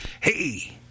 Hey